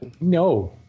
No